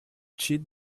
cheat